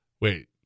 wait